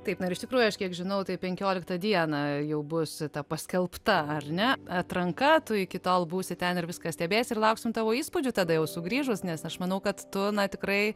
taip na ir iš tikrųjų aš kiek žinau tai penkioliktą dieną jau bus paskelbta ar ne atranka tu iki tol būsi ten ir viską stebėsi ir lauksim tavo įspūdžių tada jau sugrįžus nes aš manau kad tu tikrai